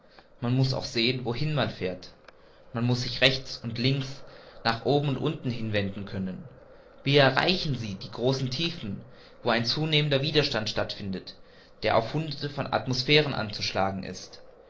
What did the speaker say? man muß auch sehen wohin man fährt man muß sich rechts und links nach oben und unten hinwenden können wie erreichen sie die großen tiefen wo ein zunehmender widerstand stattfindet der auf hunderte von atmosphären anzuschlagen ist